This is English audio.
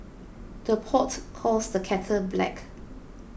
the pot calls the kettle black